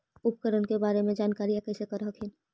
उपकरण के बारे जानकारीया कैसे कर हखिन?